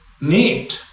need